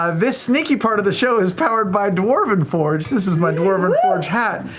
um this sneaky part of the show is powered by dwarven forge. this is my dwarven forge hat.